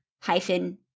hyphen